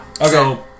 Okay